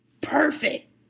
perfect